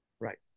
Right